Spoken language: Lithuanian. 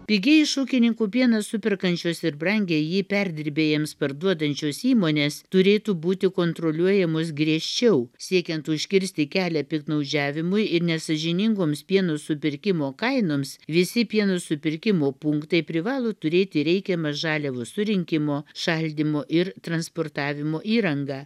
pigiai iš ūkininkų pieną superkančios ir brangiai jį perdirbėjams parduodančios įmonės turėtų būti kontroliuojamos griežčiau siekiant užkirsti kelią piktnaudžiavimui ir nesąžiningoms pieno supirkimo kainoms visi pieno supirkimo punktai privalo turėti reikiamą žaliavų surinkimo šaldymo ir transportavimo įrangą